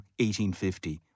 1850